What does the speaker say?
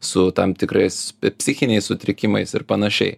su tam tikrais psichiniais sutrikimais ir panašiai